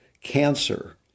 cancer